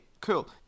Cool